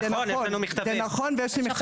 זה נכון ויש לי מכתבים ויש פרוטוקולים.